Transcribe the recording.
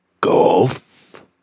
Golf